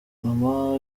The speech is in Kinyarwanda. mama